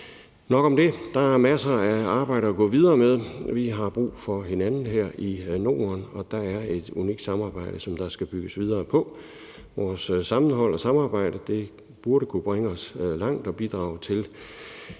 Nok om det. Der er masser af arbejde at gå videre med. Vi har brug for hinanden her i Norden, og der er et unikt samarbejde, som der skal bygges videre på. Vores sammenhold og samarbejde burde kunne bringe os langt og bidrage til,